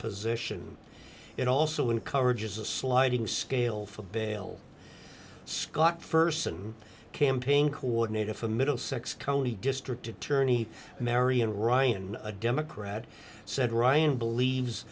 possession it also encourages a sliding scale for bail scott st and campaign coordinator for middlesex county district attorney marian ryan a democrat said ryan believes